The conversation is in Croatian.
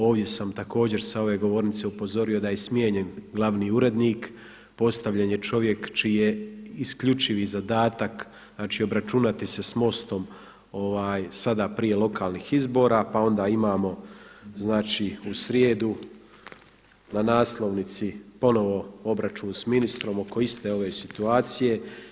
Ovdje sam također sa ove govornice upozorio da je smijenjen glavni urednik, postavljen je čovjek čiji je isključivi zadatak znači obračunati se s Mostom sada prije lokalnih izbora, pa onda imamo znači u srijedu na naslovnici ponovno obračun s ministrom oko iste ove situacije.